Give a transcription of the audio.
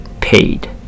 paid